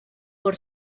por